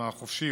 עם החופשי,